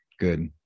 good